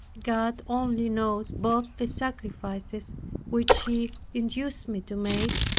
god only knows both the sacrifices which he induced me to make,